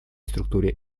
структуре